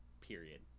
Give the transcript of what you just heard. period